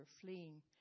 fleeing